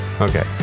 Okay